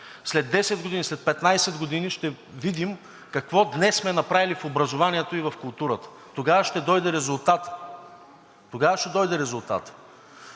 След 10 години, след 15 години ще видим какво днес сме направили в образованието и в културата, тогава ще дойде резултатът, тогава ще дойде резултатът.